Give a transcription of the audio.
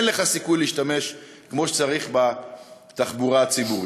אין לך סיכוי להשתמש כמו שצריך בתחבורה הציבורית.